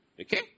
Okay